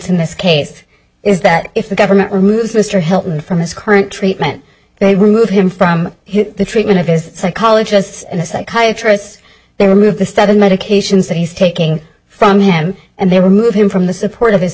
in this case is that if the government removes mr help from his current treatment they remove him from the treatment of his psychologists and psychiatrists they remove the seven medications that he's taking from him and they remove him from the support of his